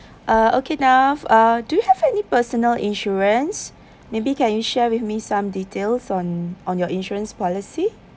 uh okay naf uh do you have any personal insurance maybe can you share with me some details on on your insurance policy